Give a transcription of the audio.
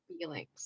feelings